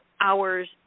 hours